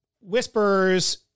whispers